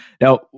Now